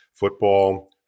football